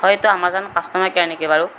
হয় এইটো Amazon customer care নেকি বাৰু